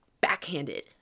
backhanded